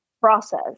process